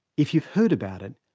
if you've heard about it,